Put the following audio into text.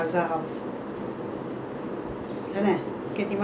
finally we come back to square come back to the one room one hall house